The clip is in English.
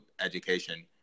education